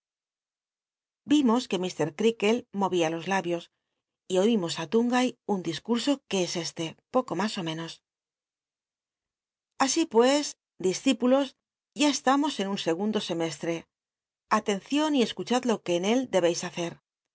c ue ir creakle mol'ia los labios y oiuws i l'ungay un discurso que es este poco mas ó menos así pues discípulos ya estamos en un segundo semestre atcncion y escuchad lo que en él dchcis hacer